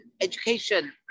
Education